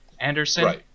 Anderson